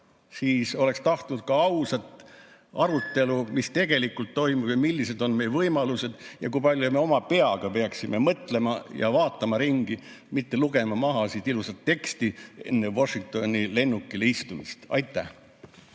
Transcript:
siis oleks tahtnud ausat arutelu, mis tegelikult toimub ja millised on meie võimalused, kui palju me oma peaga peaksime mõtlema ja kui palju vaatama ringi, mitte lugema siin maha ilusat teksti enne Washingtoni lennukile istumist. Aitäh!